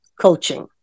coaching